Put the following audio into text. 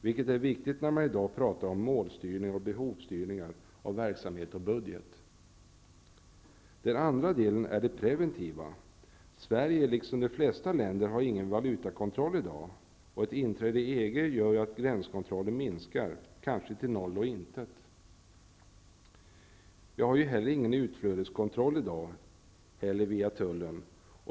Detta är viktigt när man i dag talar om målstyrning och behovsstyrning av verksamhet och budget. Den andra delen är den preventiva. Sverige har liksom de flesta länder ingen valutakontroll i dag. Ett inträde i EG gör att gränskontrollen minskar, kanske till noll och intet. Vi har i dag inte heller någon utflödeskontroll, inte ens via tullen.